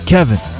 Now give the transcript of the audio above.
Kevin